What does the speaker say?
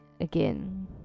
again